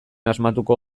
asmatuko